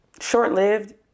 short-lived